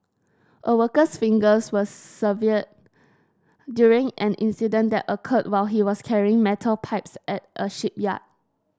a worker's fingers were severed during an incident that occurred while he was carrying metal pipes at a shipyard